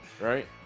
right